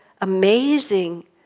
amazing